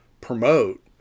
promote